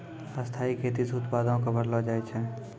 स्थाइ खेती से उत्पादो क बढ़लो जाय छै